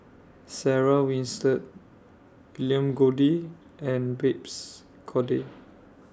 Sarah Winstedt William Goode and Babes Conde